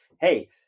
Hey